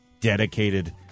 dedicated